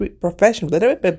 professional